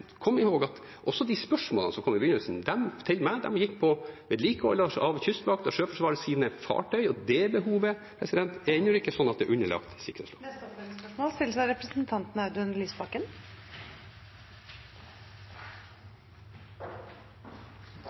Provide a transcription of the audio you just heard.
at de spørsmålene som kom til meg i begynnelsen, handlet om vedlikehold av Kystvaktens og Sjøforsvarets fartøy, og det behovet er ennå ikke sånn at det er underlagt sikkerhetsloven. Audun Lysbakken – til oppfølgingsspørsmål.